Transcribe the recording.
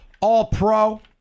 All-Pro